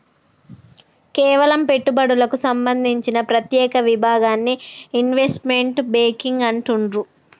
కేవలం పెట్టుబడులకు సంబంధించిన ప్రత్యేక విభాగాన్ని ఇన్వెస్ట్మెంట్ బ్యేంకింగ్ అంటుండ్రు